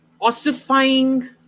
ossifying